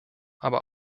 aber